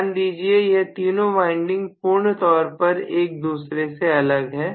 ध्यान दीजिए यह तीनों वाइंडिंग पूर्ण तौर पर एक दूसरे से अलग है